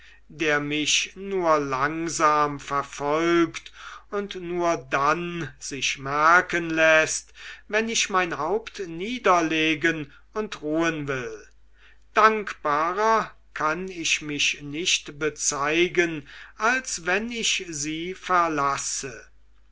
der mich nur langsam verfolgt und nur dann sich merken läßt wenn ich mein haupt niederlegen und ruhen will dankbarer kann ich mich nicht bezeigen als wenn ich sie verlasse